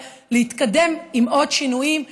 להתקדם עם עוד שינויים,